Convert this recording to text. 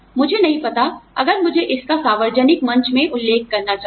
मुझे नहीं पता अगर मुझे इसका सार्वजनिक मंच में उल्लेख करना चाहिए